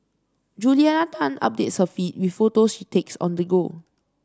Juliana Tan updates her feed with photos she takes on the go